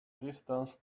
distance